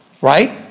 right